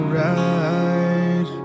right